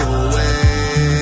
away